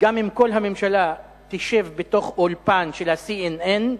גם אם כל הממשלה תשב בתוך אולפן של ה-CNN,